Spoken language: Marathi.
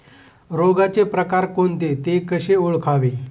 रोगाचे प्रकार कोणते? ते कसे ओळखावे?